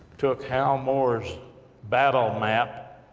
took hal moore's battle map,